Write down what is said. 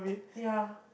ya